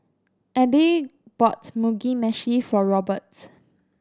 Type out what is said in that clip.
Abe bought Mugi Meshi for Robert